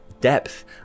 depth